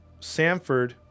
Samford